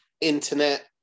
internet